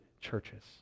churches